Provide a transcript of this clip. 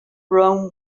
rome